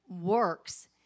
works